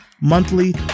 monthly